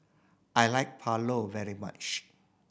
I like Pulao very much